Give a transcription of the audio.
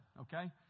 Okay